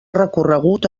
recorregut